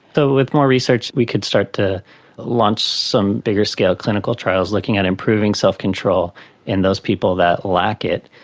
so with more research we could start to launch some bigger-scale clinical trials looking at improving self-control in those people that lack it,